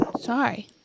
Sorry